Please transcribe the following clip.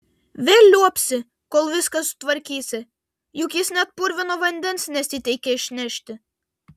vėl liuobsi kol viską sutvarkysi juk jis net purvino vandens nesiteikia išnešti